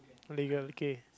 Malay girl okay